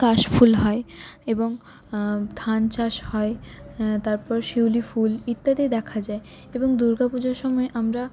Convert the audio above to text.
কাশ ফুল হয় এবং ধান চাষ হয় তারপর শিউলি ফুল ইত্যাদি দেখা যায় এবং দুর্গাপুজোর সময়ে আমরা